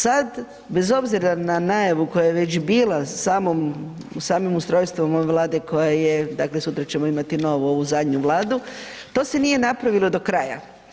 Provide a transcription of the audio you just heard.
Sad, bez obzira na najavu koja je već bila samim ustrojstvom ove Vlade koja je, dakle sutra ćemo imati novu ovu zadnju Vladu, to se nije napravilo do kraja.